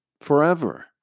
forever